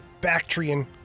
Bactrian